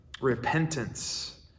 repentance